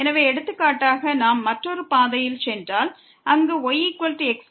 எனவே எடுத்துக்காட்டாக நாம் மற்றொரு பாதையில் சென்றால் அங்கு yx2